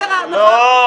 לא.